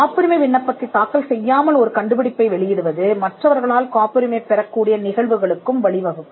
காப்புரிமை விண்ணப்பத்தைத் தாக்கல் செய்யாமல் ஒரு கண்டுபிடிப்பை வெளியிடுவது மற்றவர்களால் காப்புரிமை பெறக்கூடிய நிகழ்வுகளுக்கும் வழிவகுக்கும்